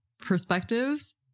perspectives